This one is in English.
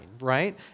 right